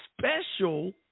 special